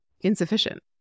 insufficient